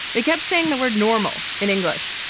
they kept saying the word normal in english.